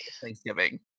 Thanksgiving